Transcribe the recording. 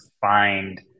find